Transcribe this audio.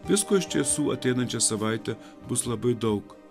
visko iš tiesų ateinančią savaitę bus labai daug